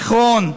האחרון.